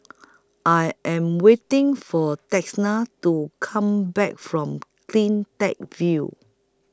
I Am waiting For Texanna to Come Back from CleanTech View